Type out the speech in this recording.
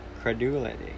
credulity